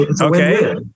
okay